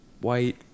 White